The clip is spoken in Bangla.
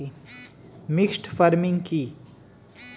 মিক্সড ফার্মিং কি?